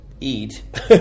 eat